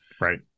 Right